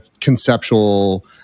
conceptual